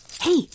Hey